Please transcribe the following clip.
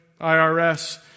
IRS